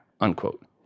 unquote